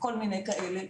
כל מיני כאלה,